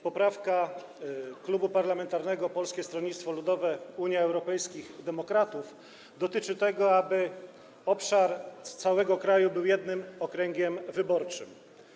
Poprawka Klubu Poselskiego Polskiego Stronnictwa Ludowego - Unii Europejskich Demokratów dotyczy tego, aby obszar całego kraju był jednym okręgiem wyborczym.